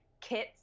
kits